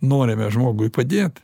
norime žmogui padėt